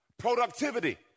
Productivity